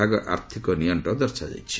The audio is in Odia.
ଭାଗ ଆର୍ଥକ ନିଅଣ୍ଟ ଦର୍ଶାଯାଇଛି